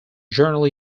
journal